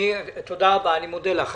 תודה רבה, אני מודה לך.